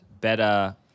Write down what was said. better